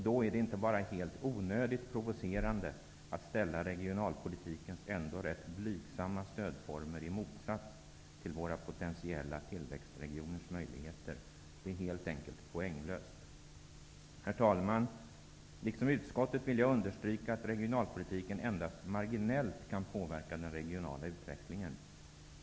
Då är det inte bara helt onödigt och provocerande att ställa regionalpolitikens ändå rätt blygsamma stödformer i motsats till våra potentiella tillväxtregioners möjligheter. Det är helt enkelt poänglöst. Herr talman! Liksom utskottet vill jag understryka att regionalpolitiken endast marginellt kan påverka den regionala utvecklingen.